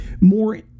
more